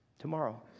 tomorrow